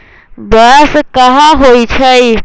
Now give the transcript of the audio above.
बांस कहाँ होई छई